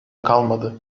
kalmadı